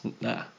nah